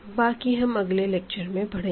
बाकी हम अगले लेक्चर में पढ़ेंगे